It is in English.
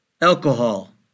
alcohol